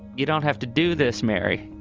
you don't have to do this, mary.